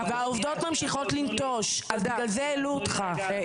והעובדות ממשיכות לנטוש, בגלל זה העלו אותך.